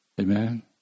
Amen